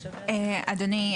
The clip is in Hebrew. אדוני,